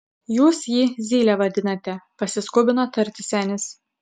jūs jį zyle vadinate pasiskubino tarti senis